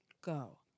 go